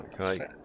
Okay